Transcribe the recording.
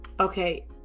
Okay